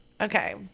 Okay